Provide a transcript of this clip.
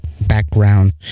background